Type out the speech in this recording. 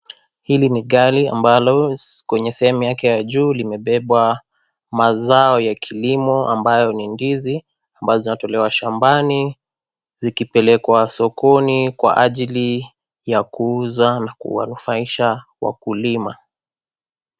Hii ni gari ambalo kwenye sehemu yake ya juu limebeba mazao ya kilimo ambayo ni ndizi ambazo zinatolewa shambani zikipelekwa sokoni kwa ajili ya kuuza na kuwanufaisha wakulima.